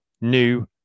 new